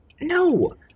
No